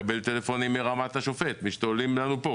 מקבל טלפונים מרמת השופט על זה שמשתוללים להם שם.